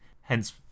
hence